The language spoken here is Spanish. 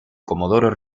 comodoro